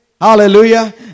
Hallelujah